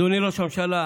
אדוני ראש הממשלה,